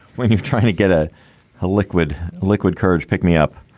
when you're trying to get a ah liquid liquid courage, pick me up